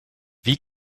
wie